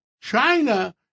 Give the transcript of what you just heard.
China